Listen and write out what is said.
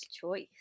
choice